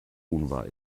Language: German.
unwahr